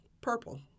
purple